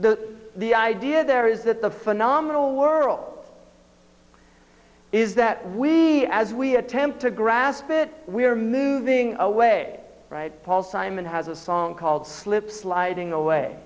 the the idea there is that the phenomenal world is that we as we attempt to grasp it we are moving away right paul simon has a song called slip sliding away